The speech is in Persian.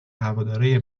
هوادارای